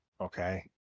okay